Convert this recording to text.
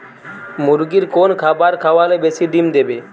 মুরগির কোন খাবার খাওয়ালে বেশি ডিম দেবে?